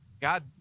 God